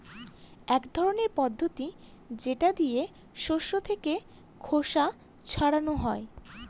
এক ধরনের পদ্ধতি যেটা দিয়ে শস্য থেকে খোসা ছাড়ানো হয়